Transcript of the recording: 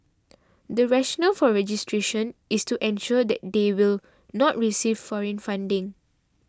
the rationale for registration is to ensure that they will not receive foreign funding